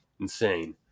insane